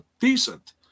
decent